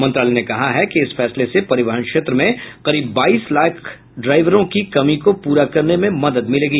मंत्रालय ने कहा है कि इस फैसले से परिवहन क्षेत्र में करीब बाईस लाख ड्राइवरों की कमी को प्ररा करने में मदद मिलेगी